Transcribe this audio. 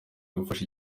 gufasha